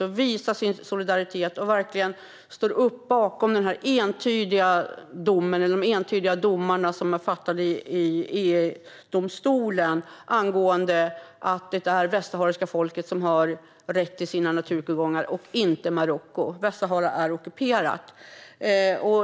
Vi måste visa solidaritet och verkligen stå upp bakom de entydiga domar som är avkunnade i EU-domstolen angående att det är det västsahariska folket som har rätt till sina naturtillgångar och inte Marocko, eftersom Västsahara är ockuperat.